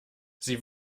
sie